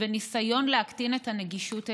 וניסיון להקטין את הנגישות אליהם,